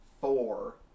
four